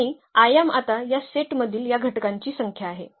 आणि आयाम आता या सेटमधील या घटकांची संख्या आहे